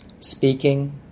speaking